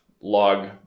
log